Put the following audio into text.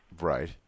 Right